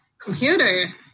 Computer